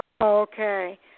Okay